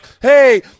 Hey